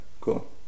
Cool